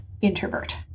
introvert